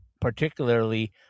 particularly